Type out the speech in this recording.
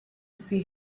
see